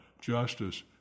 justice